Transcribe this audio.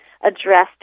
Addressed